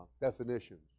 definitions